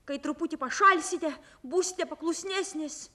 kai truputį pašalsite būsite paklusnesnis